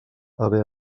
haver